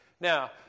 Now